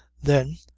then,